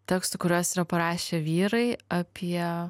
tekstų kuriuos yra parašę vyrai apie